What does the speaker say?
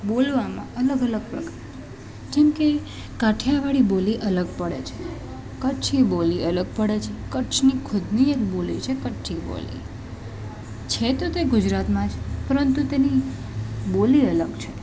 બોલવામાં અલગ અલગ પ્રકાર જેમ કે કાઠિયાવાડી બોલી અલગ પડે છે કચ્છી બોલી અલગ પડે છે કચ્છની ખુદની એક બોલી છે કચ્છી બોલી છે તો તે ગુજરાતમાં જ પરંતુ તેની બોલી અલગ છે